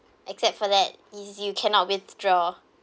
except for that is you cannot withdraw